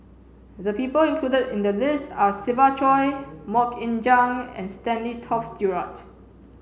the people included in the list are Siva Choy Mok Ying Jang and Stanley Toft Stewart